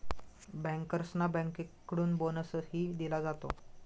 बँकर्सना बँकेकडून बोनसही दिला जातो